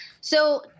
so-